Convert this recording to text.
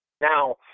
Now